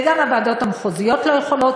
וגם הוועדות המחוזיות לא יכולות,